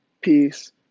peace